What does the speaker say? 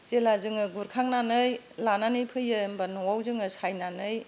जेब्ला जोङो गुरखांनानै लानानै फैयो होमब्ला न'आव जोङो सायनानै